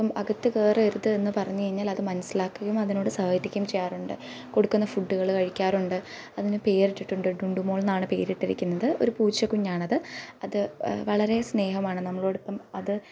ഇപ്പം അകത്ത് കയറരുത് എന്ന് പറഞ്ഞു കഴിഞ്ഞാൽ അത് മനസ്സിലാക്കുകയും അതിനോട് സഹകരിക്കുകയും ചെയ്യാറുണ്ട് കൊടുക്കുന്ന ഫുഡുകൾ കഴിക്കാറുണ്ട് അതിന് പേരിട്ടിട്ടുണ്ട് ഡുണ്ടു മോൾന്നാണ് പേര് ഇട്ടിരിക്കുന്നത് ഒരു പൂച്ചകുഞ്ഞാണത് അത് വളരെ സ്നേഹമാണ് നമ്മളോടൊപ്പം അത്